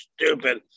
stupid